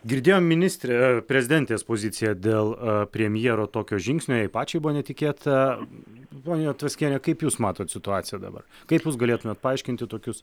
girdėjom ministre prezidentės poziciją dėl premjero tokio žingsnio jai pačiai buvo netikėta ponia tvaskiene kaip jūs matot situaciją dabar kaip jūs galėtumėte paaiškinti tokius